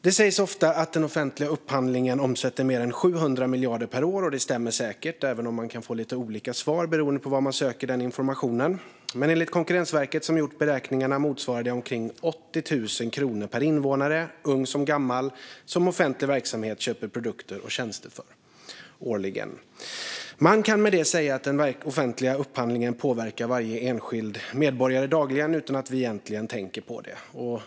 Det sägs ofta att den offentliga upphandlingen omsätter mer än 700 miljarder kronor per år, och det stämmer säkert - även om man kan få lite olika svar beroende på var man söker information. Enligt Konkurrensverket, som gjort beräkningarna, motsvarar det omkring 80 000 kronor per invånare, ung som gammal, som offentlig verksamhet köper produkter och tjänster för årligen. Man kan med det säga att den offentliga upphandlingen påverkar varje enskild medborgare dagligen utan att vi egentligen tänker på det.